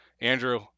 Andrew